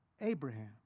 Abraham